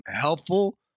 helpful